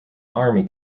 army